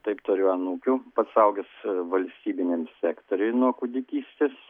taip turiu anūkių pats augęs valstybiniam sektoriuj nuo kūdikystės